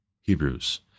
Hebrews